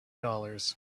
dollars